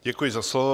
Děkuji za slovo.